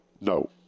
No